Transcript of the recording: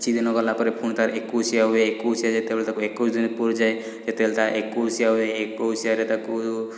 କିଛି ଦିନ ଗଲାପରେ ପୁଣି ତାର ଏକୋଇଶିଆ ହୁଏ ଏକୋଇଶିଆ ଯେତେବେଳେ ତାକୁ ଏକୋଇଶ ଦିନ ପୂରିଯାଏ ସେତେବେଳେ ତା ଏକୋଇଶିଆ ହୁଏ ଏକୋଇଶିଆରେ ତାକୁ